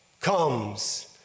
comes